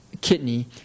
kidney